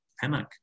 panic